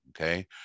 Okay